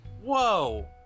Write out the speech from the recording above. Whoa